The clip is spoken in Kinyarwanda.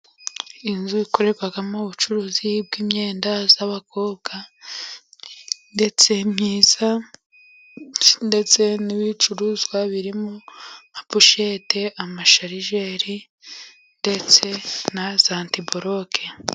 Inzu ikorerwamo ubucuruzi bw'imyenda y'abakobwa, ndetse myiza, n'ibicuruzwa birimo nka poshete, amasharijeri, ndetse na za antiboroke.